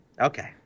Okay